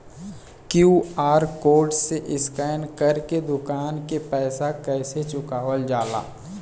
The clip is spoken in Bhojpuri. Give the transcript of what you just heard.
क्यू.आर कोड से स्कैन कर के दुकान के पैसा कैसे चुकावल जाला?